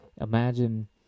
imagine